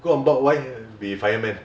go on board wife be fireman